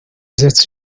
setzt